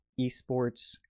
eSports